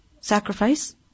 sacrifice